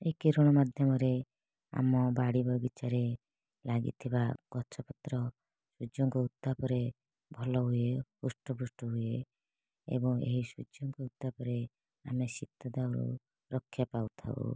ଏହି କିରଣ ମାଧ୍ୟମରେ ଆମ ବାଡ଼ି ବଗିଚାରେ ଲାଗିଥିବା ଗଛପତ୍ର ସୂର୍ଯ୍ୟଙ୍କ ଉତ୍ତାପରେ ଭଲ ହୁଏ ହୃଷ୍ଟ ପୃଷ୍ଠ ହୁଏ ଏବଂ ଏହି ସୂର୍ଯ୍ୟଙ୍କ ଉତ୍ତାପରେ ଆମେ ଶୀତ ଦାଉରୁ ରକ୍ଷା ପାଇଥାଉ